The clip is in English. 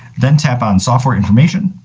then tap on software information.